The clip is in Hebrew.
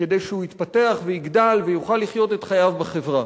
כדי שהוא יתפתח ויגדל ויוכל לחיות את חייו בחברה.